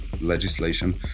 legislation